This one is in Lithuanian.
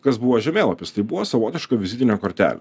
kas buvo žemėlapis tai buvo savotiška vizitinė kortelė